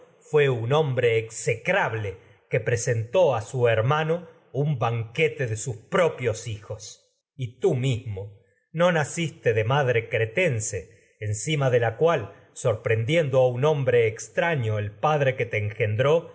fué un hombre execrable que presentó su un banquete de de sus propios hijos y tú mismo no na ciste madre cretense encima de la cual sorprendien el do a un hombre extraño padre que que te engendró